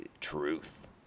Truth